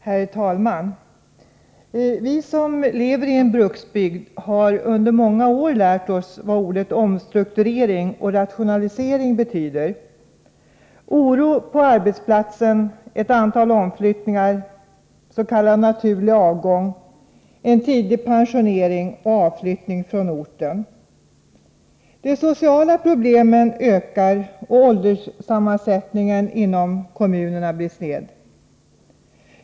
Herr talman! Vi som lever i en bruksbygd har under många år lärt oss vad orden omstrukturering och rationalisering betyder: oro på arbetsplatsen, ett antal omflyttningar, s.k. naturlig avgång, en tidig pensionering och avflyttning från orten. De sociala problemen ökar och ålderssammansättningen inom kommunerna blir sned.